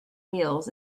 wheels